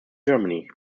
germany